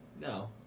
No